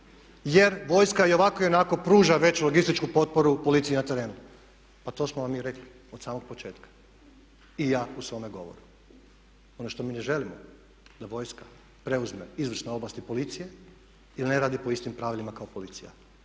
jer vojska ionako pruža već logističku potporu policiji na terenu. Pa to smo vam mi i rekli od samog početka, i ja u svome govoru. Ono što mi ne želimo da vojska preuzme izvršne ovlasti policije i da ne radi po istim pravilima kao policija.